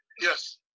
Yes